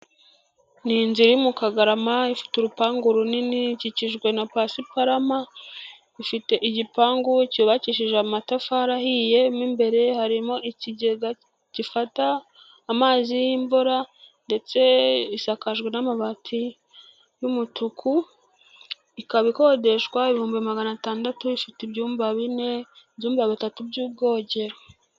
Ni inzu iri mu Kagarama ifite urupangu runini, ikikijwe na pasiparama, ifite igipangu cyubakishije amatafari ahiye, mo imbere harimo ikigega gifata amazi y'imvura ndetse isakajwe n'amabati y'umutuku, ikaba ikodeshwa ibihumbi magana atandatu, ifite ibyumba bine, ibyumba bitatu by'ubwogero.